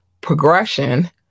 progression